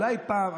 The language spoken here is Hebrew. אולי פעם,